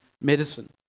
medicine